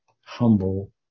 humble